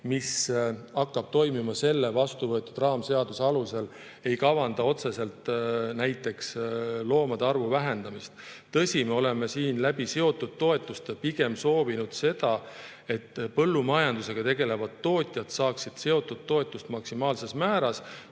mis hakkab toimima vastuvõetud raamseaduse alusel, ei kavanda otseselt näiteks loomade arvu vähendamist. Tõsi, me oleme siin seotud toetuste kaudu pigem soovinud seda, et põllumajandusega tegelevad tootjad saaksid seotud toetust maksimaalses määras.